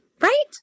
Right